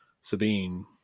Sabine